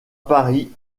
paris